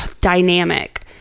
dynamic